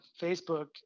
facebook